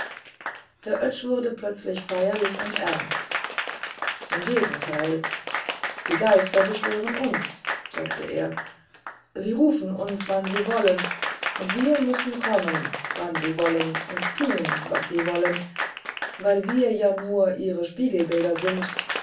der oetsch wurde plötzlich feierlich ernst im gegenteil die geister beschwören uns sagte er sie rufen uns wann sie wollen und wir müssen kommen wann sie wollen und tun was sie wollen weil wir ja nur ihre spiegelbilder sind